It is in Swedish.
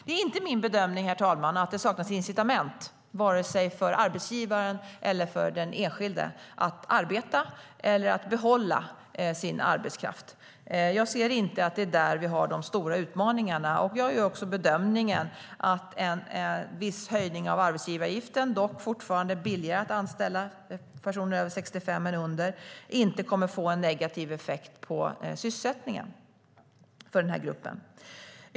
Det är inte min bedömning, herr talman, att det saknas incitament vare sig för arbetsgivaren att behålla sin arbetskraft eller för den enskilde att arbeta. Jag ser inte att det är där vi har de stora utmaningarna, och jag gör också bedömningen att en viss höjning av arbetsgivaravgiften - dock blir det fortfarande billigare att anställa personer över 65 år än under 65 år - inte kommer att få en negativ effekt på sysselsättningen för den här gruppen. Herr talman!